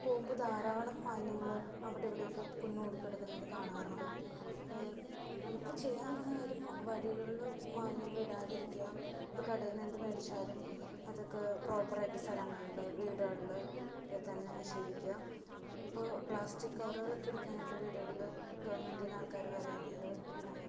ഇപ്പോൾ പോവുമ്പോൾ ധാരാളം മാലിന്യങ്ങൾ അവിടെ ഇവിടെയൊക്കെ കുന്നുകൂടി കിടക്കുന്നത് കാണാറുണ്ട് നമ്മുക്ക് ചെയ്യാൻ പറ്റുന്ന കാര്യം വഴികളിൽ മാലിന്യങ്ങൾ ഇടാതിരിക്കുക ഇപ്പം കടയിൽനിന്ന് എന്ത് മേടിച്ചാലും അതൊക്കെ പ്രോപ്പർ ആയിട്ട് സ്ഥലങ്ങളിൽ വീടുകളിൽ തന്നെ നിക്ഷേപിക്കുക ഇപ്പോൾ പ്ലാസ്റ്റിക് കവറുകളൊക്കെ എടുക്കാനായിട്ട് വീടുകളിൽ ഗോവെർമെന്റിൽനിന്ന് ആൾക്കാർ വരാറുണ്ട്